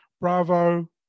Bravo